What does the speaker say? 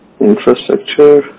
infrastructure